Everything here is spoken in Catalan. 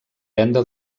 venda